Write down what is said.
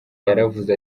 yaravuze